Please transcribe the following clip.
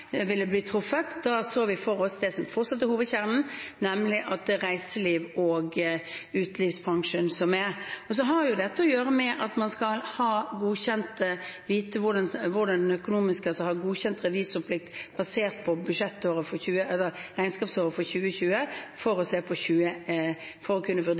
ville bli truffet, da så vi for oss det som fortsatt er hovedkjernen, nemlig reiselivs- og utelivsbransjen. Og så har jo dette å gjøre med at man skal vite hvordan det økonomiske er, altså ha godkjent revisorplikt basert på regnskapsåret 2020 for